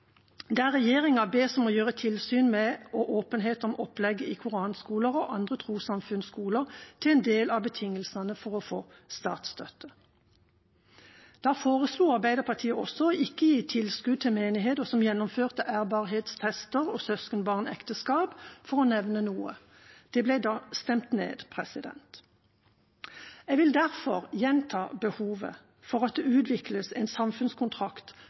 der regjeringa bes om å gjøre tilsyn med og åpenhet om opplegget i koranskoler og andre trossamfunnsskoler til en del av betingelsene for å få statsstøtte. Da foreslo Arbeiderpartiet også å ikke gi tilskudd til menigheter som gjennomfører ærbarhetstester og søskenbarnekteskap, for å nevne noe. Det ble da stemt ned. Jeg vil derfor gjenta behovet for at det utvikles en samfunnskontrakt